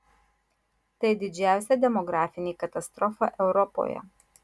tai didžiausia demografinė katastrofa europoje